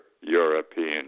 European